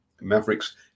Mavericks